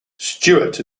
stuart